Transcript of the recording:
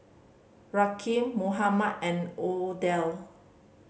Rakeem Mohammad and Odell